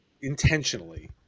intentionally